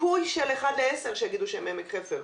סיכוי של אחד לעשר שיגידו שהם מעמק חפר.